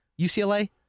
UCLA